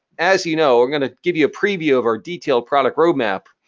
as you know, i'm gonna give you a preview of our detailed product roadmap.